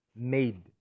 made